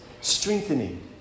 Strengthening